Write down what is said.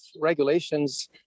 regulations